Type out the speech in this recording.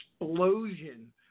explosion